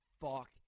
fuck